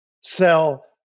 sell